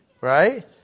Right